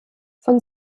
von